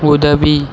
உதவி